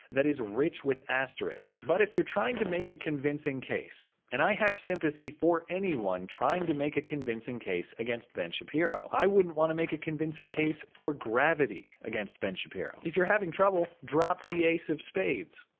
that is rich with asterisks. but if you're trying to make a convincing case. and i have sympathy for anyone, trying to make a convinging case against ben shapiro. i wouldn't wanna make a convincing case for gravity, against ben shapiro. if you're having trouble, drop the ace of spades.